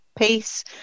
Peace